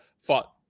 fought